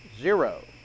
Zero